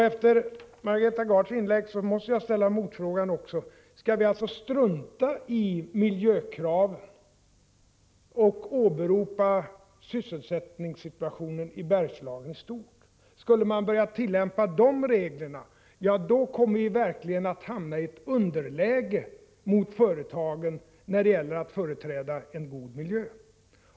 Efter Margareta Gards inlägg måste jag också ställa motfrågan: Skall vi alltså strunta i miljökraven och åberopa sysselsättningssituationen i Bergslagen i stort? Skulle vi börja tillämpa sådana regler, då skulle vi verkligen hamnaii ett underläge mot företagen när det gäller att värna om en god miljö.